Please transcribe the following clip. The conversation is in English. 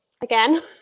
again